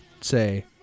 say